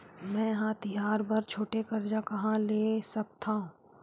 मेंहा तिहार बर छोटे कर्जा कहाँ ले सकथव?